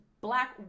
black